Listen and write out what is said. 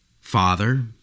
Father